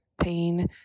pain